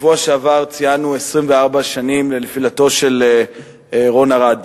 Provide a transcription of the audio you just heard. בשבוע שעבר ציינו 24 שנים לנפילתו בשבי של רון ארד.